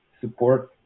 support